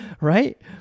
right